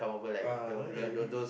uh no need we